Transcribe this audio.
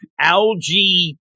algae